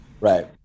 Right